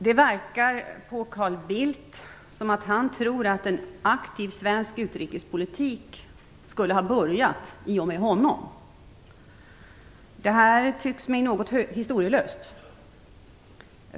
Det verkar som om Carl Bildt tror att en aktiv svensk utrikespolitik skulle ha börjat i och med honom själv. Detta tycks mig något historielöst.